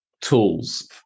tools